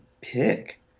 pick